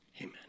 Amen